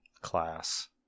class